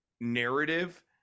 narrative